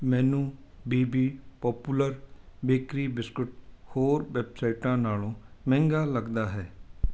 ਮੈਨੂੰ B B popular bakery biscuit ਹੋਰ ਵੈੱਬਸਾਈਟਾਂ ਨਾਲੋਂ ਮਹਿੰਗਾ ਲੱਗਦਾ ਹੈ